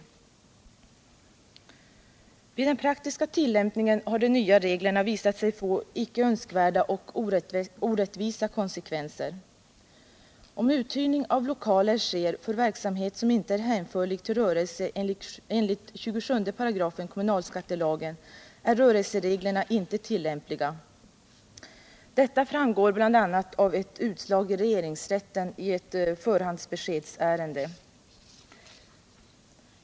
Vid den praktiska tillämpningen har de nya reglerna visat sig få icke önskvärda och orättvisa konsekvenser. Om uthyrning av lokaler sker för verksamhet som inte är hänförlig till rörelse enligt 27 § kommunalskattelagen är rörelsereglerna inte tillämpliga. Detta framgår bl.a. av ett utslag i regeringsrätten i ett förhandsbeskedsärende.